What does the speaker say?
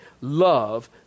love